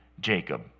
Jacob